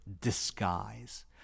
disguise